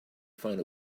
find